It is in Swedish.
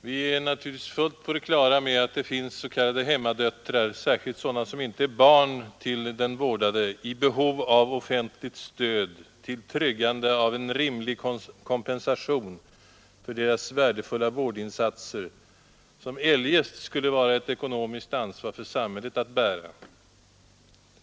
Vi är naturligtvis fullt på det klara med att det finns s.k. hemmadöttrar, särskilt sådana som inte är barn till den vårdade, som är i behov av offentligt stöd till tryggande av en rimlig kompensation för sina värdefulla vårdinsatser, som eljest skulle vara ett ekonomiskt ansvar för samhället att bära.